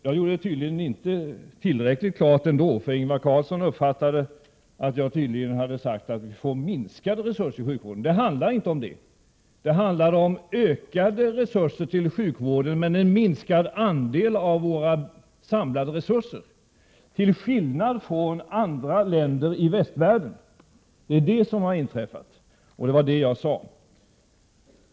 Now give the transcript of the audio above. Jag var uppenbarligen inte tillräckligt tydlig, för Ingvar Carlsson uppfattade att jag hade sagt att vi skall få minskade resurser till sjukvården. Det handlade inte om det. Det handlade om ökade resurser till sjukvården men en minskad andel av våra samlade resurser till skillnad från förhållandena i andra länder i västvärlden. Det är detta som har inträffat, vilket jag också sade.